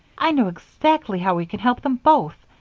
i know exactly how we could help them both.